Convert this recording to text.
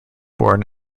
born